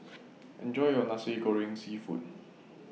Enjoy your Nasi Goreng Seafood